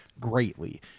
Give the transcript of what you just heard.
greatly